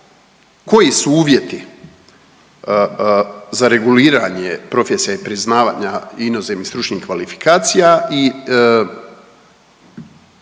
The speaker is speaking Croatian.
koji su uvjeti za reguliranje profesija i priznavanja inozemnih stručnih kvalifikacija i